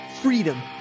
freedom